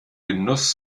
genuss